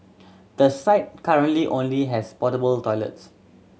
the site currently only has portable toilets